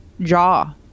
jaw